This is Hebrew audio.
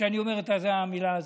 עד שאני אומר את המילה הזאת,